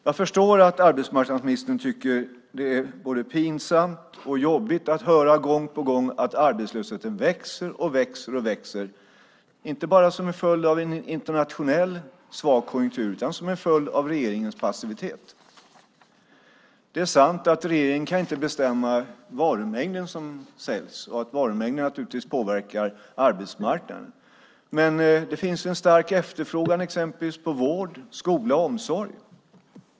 Jag förstår att arbetsmarknadsministern tycker att det är både pinsamt och jobbigt att gång på gång höra att arbetslösheten växer och växer, inte bara som en följd av en internationell svag konjunktur utan som en följd av regeringens passivitet. Det är sant att regeringen inte kan bestämma vilken varumängd som säljs och att varumängden naturligtvis påverkar arbetsmarknaden. Men det finns en stark efterfrågan på exempelvis vård, skola och omsorg.